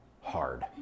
hard